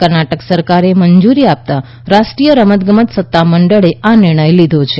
કર્ણાટક સરકારે મંજુરી આપતા રાષ્ટ્રીય રમતગમત સત્તામંડળે આ નિર્ણય લીધો છે